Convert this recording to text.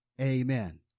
Amen